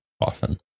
often